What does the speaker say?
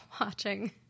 Watching